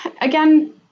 Again